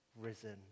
risen